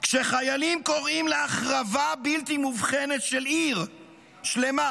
כשחיילים קוראים להחרבה בלתי מובחנת של עיר שלמה